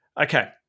Okay